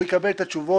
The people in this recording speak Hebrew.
הוא יקבל את התשובות,